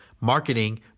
marketing